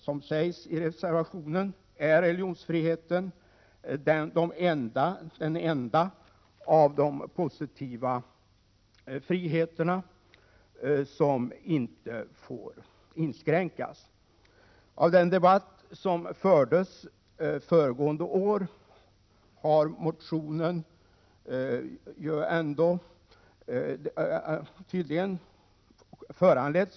Som sägs i reservation 2 är religionsfriheten den enda av de positiva 25 november 1987 frioch rättigheterna som inte får inskränkas. Motion K210 har tydligen = I: —omramiohoter föranletts av den debatt som fördes förra året.